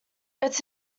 its